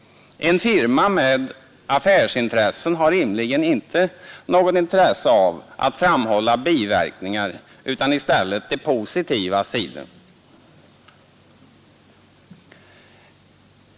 En firma med affärsintressen har rimligen inte något intresse av att framhålla biverkningar utan i stället de positiva sidorna.